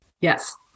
Yes